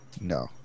No